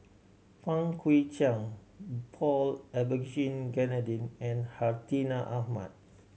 Fang Guixiang Paul Abisheganaden and Hartinah Ahmad